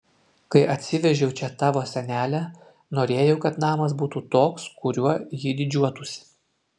kai atsivežiau čia tavo senelę norėjau kad namas būtų toks kuriuo jį didžiuotųsi